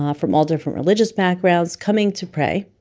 ah from all different religious backgrounds coming to pray.